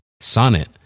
Sonnet